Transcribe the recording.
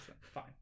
Fine